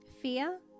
Fear